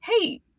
hey